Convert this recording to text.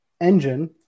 engine